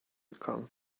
become